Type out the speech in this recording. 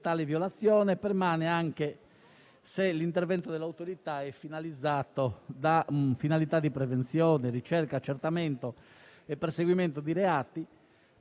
Tale violazione permane anche se l'intervento dell'autorità è finalizzato ad attività di prevenzione, ricerca, accertamento e perseguimento di reati,